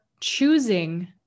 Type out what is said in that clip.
choosing